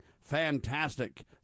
fantastic